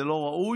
זה לא ראוי,